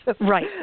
Right